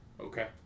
Okay